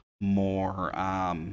more